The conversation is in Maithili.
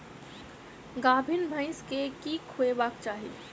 गाभीन भैंस केँ की खुएबाक चाहि?